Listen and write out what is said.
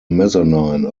mezzanine